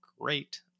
great